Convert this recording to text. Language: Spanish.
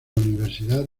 universidad